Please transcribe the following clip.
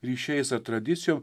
ryšiais ar tradicijom